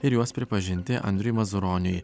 ir juos pripažinti andriui mazuroniui